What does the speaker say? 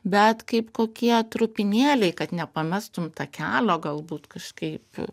bet kaip kokie trupinėliai kad nepamestum takelio galbūt kažkaip